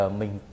mình